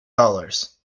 dollars